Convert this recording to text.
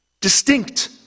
distinct